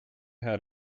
had